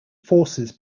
forces